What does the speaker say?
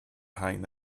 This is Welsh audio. rhain